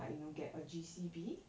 like you know get a G_C_B